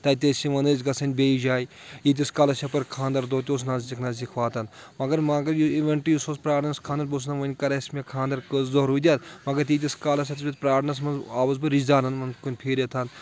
تَتہِ ٲسۍ یِوان ٲسۍ گژھٕنۍ بیٚیہِ جایہِ ییٚتِس کالَس یپٲرۍ خاندَر دۄہ تہِ اوس نزدیٖک نزدیٖک واتان مگر مگر یہِ اِوؠنٛٹ یُس اوس پیارنَس خاندر بہٕ اوسُس نہٕ وُنہِ کَر مےٚ خانٛدر کٔژ دۄہ روٗدِ حظ مگر تیٖتِس کالَس یوٗتاہ پرٛارنَس منٛز آوُس بہٕ رِشتہٕ دارن کُن پھیٖرِتھ